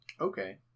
Okay